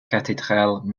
cathédrale